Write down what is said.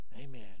Amen